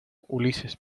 ulises